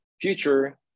future